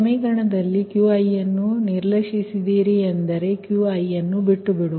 ಈ ಸಮೀಕರಣದಲ್ಲಿ ನೀವು Qiಅನ್ನು ನಿರ್ಲಕ್ಷಿಸುತ್ತೀರಿ ಎಂದರ್ಥ ಅಂದರೆ Qiಅನ್ನು ಬಿಟ್ಟುಬಿಡುವುದು